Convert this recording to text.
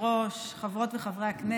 חברות וחברים,